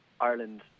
Ireland